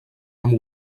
amb